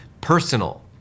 personal